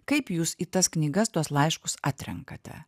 kaip jūs į tas knygas tuos laiškus atrenkate